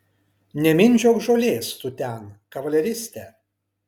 nemindžiok žolės tu ten kavaleriste